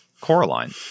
Coraline